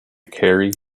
carry